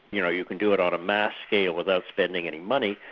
you know, you can do it on a mass scale without spending any money,